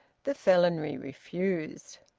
the felonry refused.